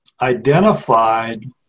identified